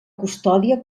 custòdia